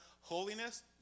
holiness